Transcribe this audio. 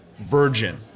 Virgin